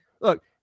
Look